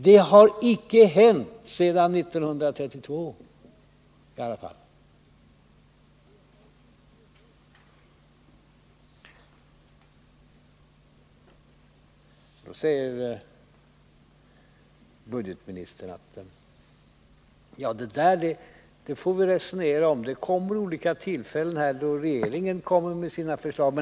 Det har i alla fall icke hänt sedan 1932. Då säger budgetministern: Ja, det där får vi resonera om. Vid olika tillfällen kommer regeringen att lägga fram sina förslag.